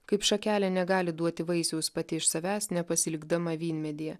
kaip šakelė negali duoti vaisiaus pati iš savęs nepasilikdama vynmedyje